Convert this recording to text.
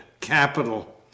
Capital